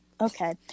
Okay